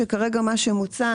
שכרגע מה שמוצע,